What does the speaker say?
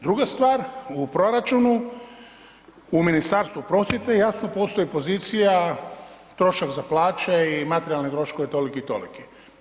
Druga stvar, u proračunu u Ministarstvu prosvjete, jasno postoji pozicija, trošak za plaće i materijalni troškovi toliki i toliki.